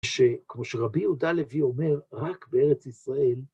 שכמו שרבי יהודה לוי אומר, רק בארץ ישראל,